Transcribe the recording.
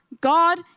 God